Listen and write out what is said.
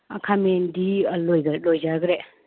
ꯈꯥꯃꯦꯟꯗꯤ ꯂꯣꯏꯖ ꯂꯣꯏꯖꯒꯈ꯭ꯔꯦ